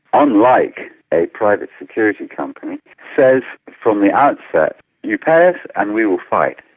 unlike a private security company, says from the outset you pay us and we will fight.